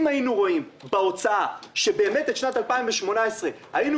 אם היינו רואים בהוצאה שבאמת בשנת 2018 היינו